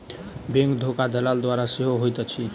bank धोखा दलाल द्वारा सेहो होइत अछि